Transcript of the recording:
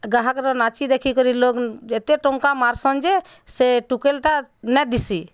ଗାହକର ନାଚି ଦେଖି କରି ଲୋକ୍ ଏତେ ଟଙ୍କା ମାରସନ୍ ଯେ ସେ ଟୁକେଲ୍ଟା ନାଇଁ ଦିସି